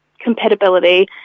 compatibility